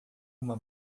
uma